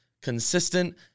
consistent